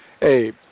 hey